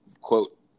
quote